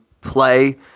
play